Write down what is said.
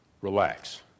Relax